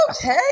Okay